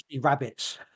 rabbits